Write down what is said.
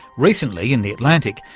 recently in the atlantic,